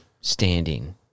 standing